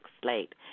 slate